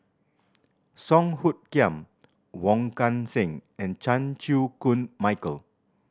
Song Hoot Kiam Wong Kan Seng and Chan Chew Koon Michael